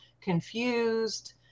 confused